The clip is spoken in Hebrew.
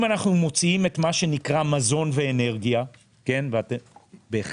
אם אנחנו מוציאים את מה שנקרא "מזון ואנרגיה" ובהחלט